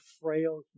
frail